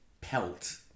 pelt